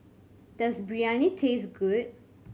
does Biryani taste good